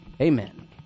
Amen